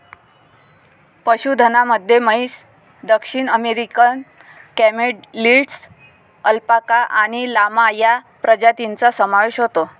पशुधनामध्ये म्हैस, दक्षिण अमेरिकन कॅमेलिड्स, अल्पाका आणि लामा या प्रजातींचा समावेश होतो